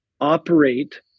operate